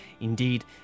Indeed